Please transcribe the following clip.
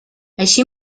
així